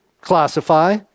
classify